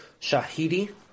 shahidi